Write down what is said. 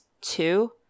two